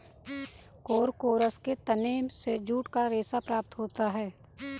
Corchorus के तने से जूट का रेशा प्राप्त होता है